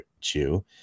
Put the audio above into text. chew